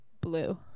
blue